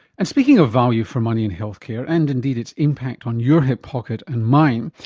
and speaking of value for money in health care, and indeed its impact on your hip pocket and mine,